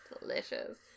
Delicious